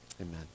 Amen